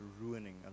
ruining